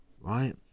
right